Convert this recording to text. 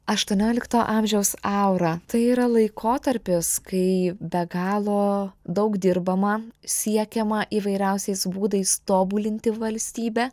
aštuoniolikto amžiaus aura tai yra laikotarpis kai be galo daug dirbama siekiama įvairiausiais būdais tobulinti valstybę